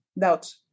Doubt